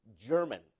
German